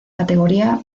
categoría